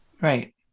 Right